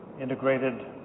integrated